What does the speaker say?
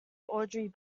audrey